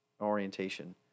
orientation